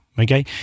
Okay